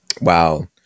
wow